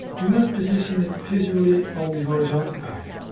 we ust position it visually on the horizontal guide.